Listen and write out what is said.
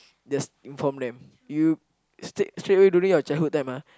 just inform them you straight straight away during your childhood time ah